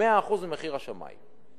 100% מחיר השמאי.